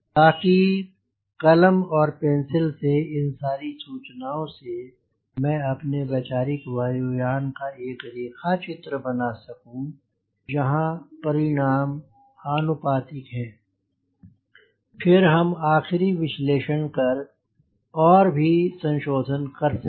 ताकि कलम और पेंसिल से इन सारी सूचनाओं से मैं अपने वैचारिक वायु यान का एक रेखा चित्र बना सकूं जहाँ परिणाम आनुपातिक हों फिर हम आखिरी विश्लेषण कर और भी संशोधन कर सकें